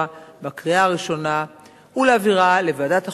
בקריאה הראשונה ולהעבירה לוועדת החוקה,